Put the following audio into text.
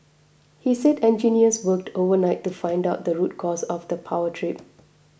he said engineers worked overnight to find out the root cause of the power trip